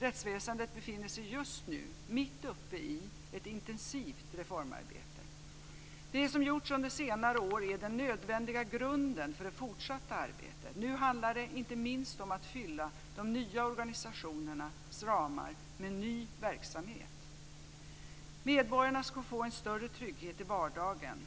Rättsväsendet befinner sig just nu mitt uppe i ett intensivt reformarbete. Det som gjorts under senare år är den nödvändiga grunden för det fortsatta arbetet. Nu handlar det inte minst om att fylla de nya organisationernas ramar med ny verksamhet. Medborgarna ska få en större trygghet i vardagen.